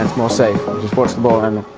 and more safe just watch the ball and